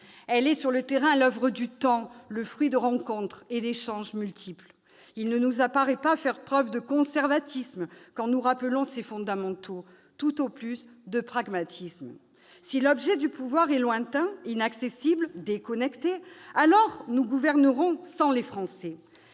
Elle est, sur le terrain, l'oeuvre du temps, le fruit de rencontres et d'échanges multiples. Il ne nous apparaît pas faire preuve de conservatisme en rappelant ces fondamentaux ; tout au plus de pragmatisme. Si le pouvoir est lointain, inaccessible, déconnecté, alors nous gouvernerons sans les Français,